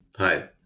Hi